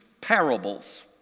parables